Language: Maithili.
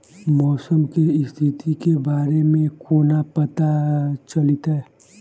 मौसम केँ स्थिति केँ बारे मे कोना पत्ता चलितै?